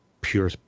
pure